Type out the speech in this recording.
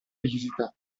visita